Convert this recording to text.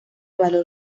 valor